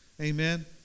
Amen